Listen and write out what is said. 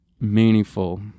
meaningful